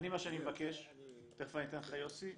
מה שאני מבקש, אני מבקש, יוסי,